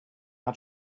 hat